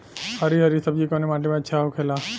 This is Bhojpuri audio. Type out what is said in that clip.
हरी हरी सब्जी कवने माटी में अच्छा होखेला?